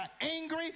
angry